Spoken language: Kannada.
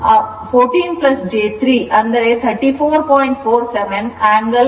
ಆದ್ದರಿಂದ I Z ಗುಣಿಸಿದಾಗ 14 j 3 ಅಂದರೆ 38